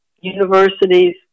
universities